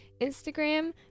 Instagram